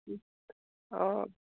অঁ